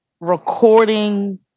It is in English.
recording